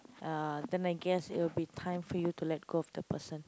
uh then I guess it will be time for you to let go of the person